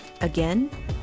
Again